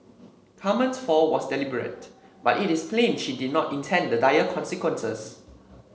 Carmen's fall was deliberate but it is plain she did not intend the dire consequences